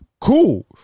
Cool